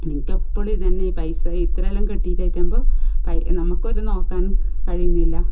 നിങ്ങൾക്ക് എപ്പോഴും ഇത് തന്നെയാ പൈസ ഇത്രയെല്ലാം കിട്ടിയിട്ട് ആയിട്ടാവുമ്പോൾ നമുക്കൊരു നോക്കാൻ കഴിയുന്നില്ല